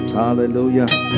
hallelujah